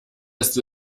ist